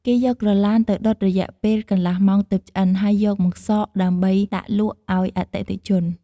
គេយកក្រទ្បានទៅដុតរយៈពេលកន្លះម៉ោងទើបឆ្អិន ហើយយកមកសកដើម្បីដាក់លក់ឱ្យអតិថិជន។